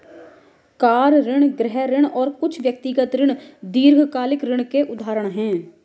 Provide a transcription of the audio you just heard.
car ऋण, गृह ऋण और कुछ व्यक्तिगत ऋण दीर्घकालिक ऋण के उदाहरण हैं